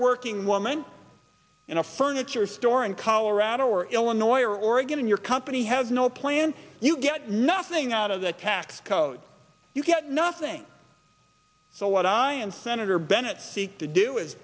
working woman in a furniture store in colorado or illinois or oregon your company has no plan you get nothing out of the tax code you get nothing so what i and senator bennett seek to do is